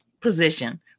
position